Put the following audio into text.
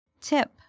Tip